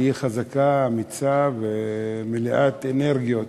תהיי חזקה, אמיצה ומלאת אנרגיות